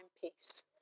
peace